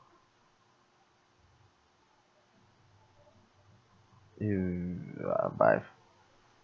mm